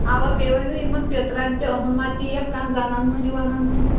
اَوا بیٚیہِ ؤنۍزیٚو یِمن پٮ۪ترَن تہِ اُہُنٛد تہِ ما یِیَکھ کانٛہہ زَنان مۄہنِیٛوٗ وَنان مۄہنِیٛوٗ